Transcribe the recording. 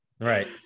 Right